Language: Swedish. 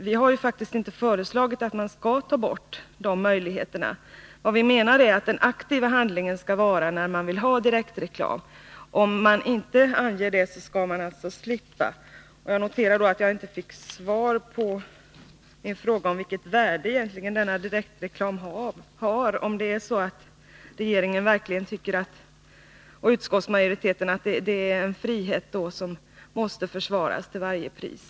Men vi har inte föreslagit att man skall ta bort den möjligheten. Vi menar att det skall krävas en aktiv handling, om man vill ha direktreklam. Om man inte anger att man vill ha direktreklam, skall man slippa den. Jag fick inte svar på en fråga om vilket värde denna direktreklam egentligen har: Tycker verkligen regeringen och utskottsmajoriteten att det är en frihet som måste försvaras till varje pris?